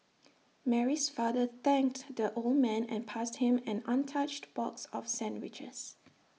Mary's father thanked the old man and passed him an untouched box of sandwiches